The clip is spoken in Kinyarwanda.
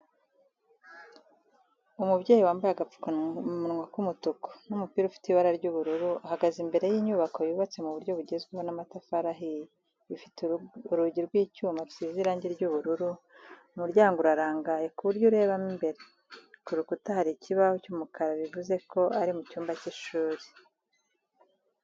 Umubyeyi wambaye agapfukamunwa k'umutuku n'umupira ufite ibara ry'ubururu ahagaze imbere y'inyubako yubatse mu buryo bugezweho n'amatafari ahiye ifite urugi rw'icyuma rusize irangi ry'ubururu, umuryango urarangaye ku buryo urebamo imbere, ku rukuta hari ikibaho cy'umukara bivuze ko ari mu cyumba cy'ishuri.